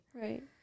Right